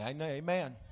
Amen